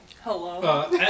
Hello